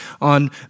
on